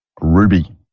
Ruby